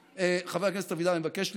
חבר הכנסת אבידן, אני מבקש להתרכז,